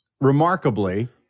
remarkably